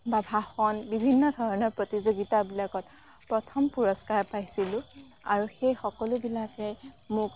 বা ভাষণ বিভিন্ন ধৰণৰ প্ৰতিযোগিতাবিলাকত প্ৰথম পুৰস্কাৰ পাইছিলোঁ আৰু সেই সকলোবিলাকে মোক